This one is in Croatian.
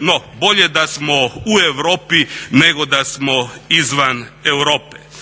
No, bolje da smo u Europi nego da smo izvan Europe.